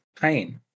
Pain